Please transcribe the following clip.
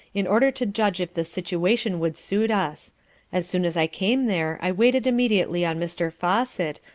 in order to judge if the situation would suit us as soon as i came there i waited immediately on mr. fawcet,